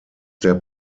der